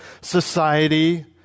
society